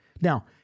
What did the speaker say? Now